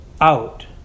out